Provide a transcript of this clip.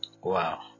Wow